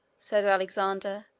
said alexander,